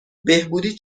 بهبودی